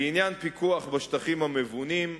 לעניין פיקוח בשטחים המבונים,